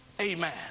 amen